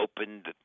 opened